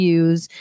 use